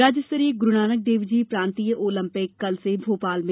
राज्य स्तरीय गुरूनानक देवजी प्रांतीय ओलंपिक कल से भोपाल में